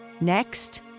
Next